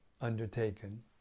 undertaken